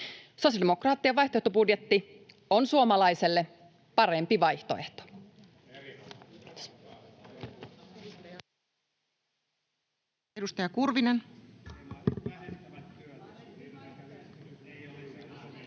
Sosiaalidemokraattien vaihtoehtobudjetti on suomalaiselle parempi vaihtoehto. [Timo Heinonen: